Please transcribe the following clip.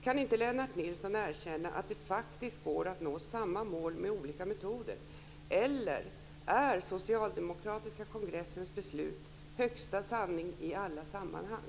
Kan inte Lennart Nilsson erkänna att det faktiskt går att nå samma mål med olika metoder, eller är den socialdemokratiska kongressens beslut högsta sanning i alla sammanhang?